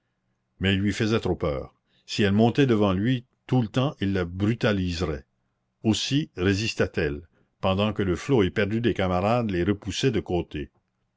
mais il lui faisait trop peur si elle montait devant lui tout le temps il la brutaliserait aussi résistait elle pendant que le flot éperdu des camarades les repoussait de côté